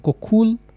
cool